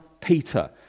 Peter